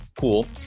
cool